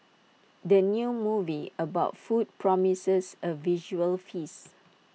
the new movie about food promises A visual feast